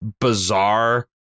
bizarre